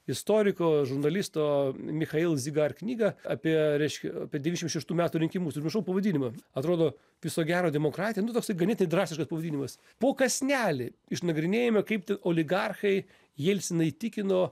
istoriko žurnalisto michail zigar knygą apie reiškia apie devym šeštų metų rinkimus užmiršau pavadinimą atrodo viso gero demokratija nu toksai ganėtinai drastiškas pavadinimas po kąsnelį išnagrinėjome kaip tie oligarchai jelciną įtikino